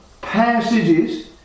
passages